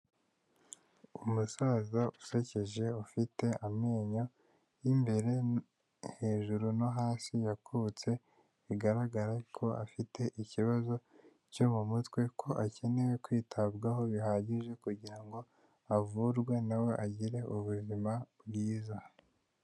Umusaza usekeje ufite amenyo y'imbere hejuru no hasi yakutse bigaragara ko afite ikibazo cyo mumutwe ko akeneye kwitabwaho bihagije kugirango avurwe nawe agire ubuzima bwiza.